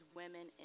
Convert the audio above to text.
women